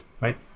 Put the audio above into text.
right